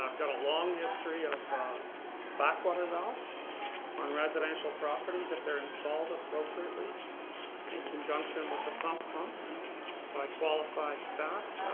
um got a long history of backwater valves on residential properties if they're installed appropriately in conjunction with a sump pump by qualified staff,